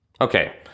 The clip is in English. Okay